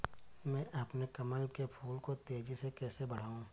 मैं अपने कमल के फूल को तेजी से कैसे बढाऊं?